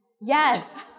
Yes